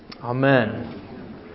Amen